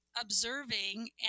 observing